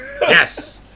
Yes